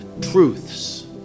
truths